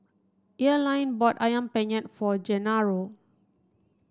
Earline bought Ayam Penyet for Gennaro